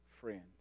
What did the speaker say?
friends